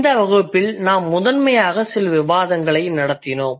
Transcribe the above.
இந்த வகுப்பில் நாம் முதன்மையாக சில விவாதங்களை நடத்தினோம்